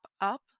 up